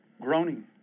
Groaning